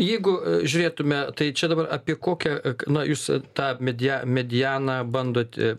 jeigu žiūrėtume tai čia dabar apie kokią na jūs tą media medianą bandot